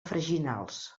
freginals